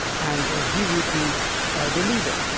and he would be the leader.